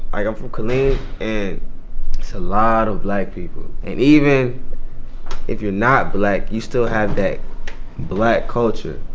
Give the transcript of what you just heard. i'm from killeen, and it's a lot of black people. and even if you're not black, you still have that black culture.